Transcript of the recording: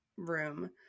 room